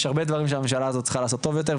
יש הרבה דברים שהממשלה הזאת צריכה לעשות טוב יותר,